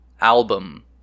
album